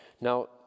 Now